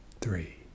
three